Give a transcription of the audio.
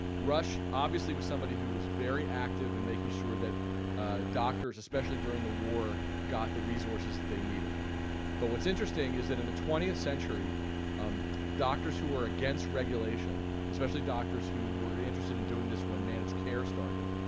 rush obviously was somebody who was very active in making sure that doctors especially during the war got the resources that they needed but what's interesting is that in the twentieth century um doctors who were against regulation, especially doctors who were interested in doing this when managed-care started,